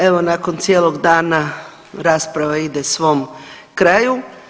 Evo nakon cijelog dana rasprava ide svom kraju.